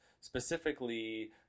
specifically